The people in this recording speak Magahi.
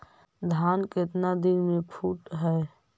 धान केतना दिन में फुट है?